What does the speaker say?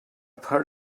part